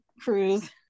cruise